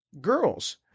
girls